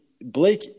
Blake